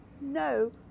no